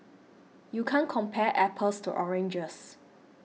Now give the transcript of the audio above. you can't compare apples to oranges